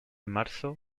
marzo